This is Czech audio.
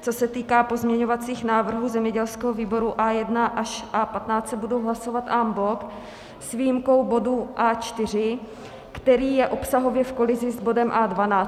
co se týká pozměňovacích návrhů zemědělského výboru A1 až A15, se budou hlasovat en bloc s výjimkou bodu A4, který je obsahově v kolizi s bodem A12.